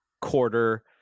quarter